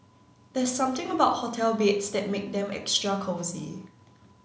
there's something about hotel beds that make them extra cosy